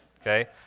okay